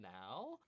now